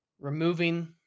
removing